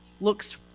looks